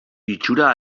itxura